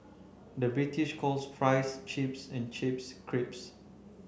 the British calls fries chips and chips